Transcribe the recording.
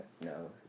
no